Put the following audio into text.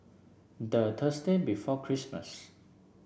the Thursday before Christmas